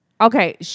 Okay